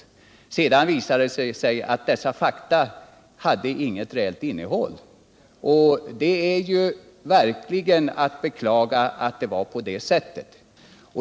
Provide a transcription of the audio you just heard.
Dessa fakta visade sig inte ha något reellt innehåll, och det är verkligen att beklaga att det var så.